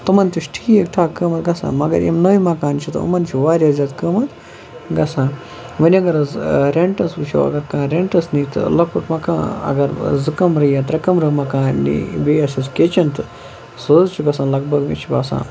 تِمَن تہِ چھِ ٹھیٖک ٹھاک قۭمَتھ گژھان مگر یِم نٔوۍ مکان چھِ تِمَن چھِ واریاہ زیادٕ قۭمَتھ گژھان وۄنۍ اگر حظ رٮ۪نٛٹَس وٕچھو اگر کانٛہہ رٮ۪نٹَس نی تہٕ لۄکُٹ مکان اگر زٕ کَمرٕ یا ترٛےٚ کَمرٕ مکان نی بیٚیہِ آسٮ۪س کِچَن تہٕ سُہ حظ چھُ گژھان لگ بگ مےٚ چھُ باسان